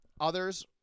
Others